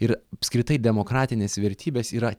ir apskritai demokratinės vertybės yra